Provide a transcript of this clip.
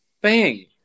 bang